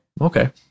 Okay